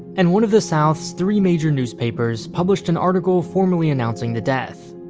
and one of the south's three major newspapers published an article formally announcing the death.